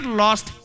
lost